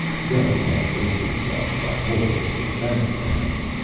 gus had braced himself by holding to the back of the hammock.